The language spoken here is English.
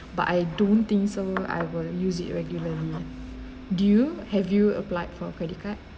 but I don't think so I will use it regularly do you have you applied for credit card